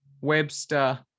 Webster